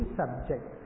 subject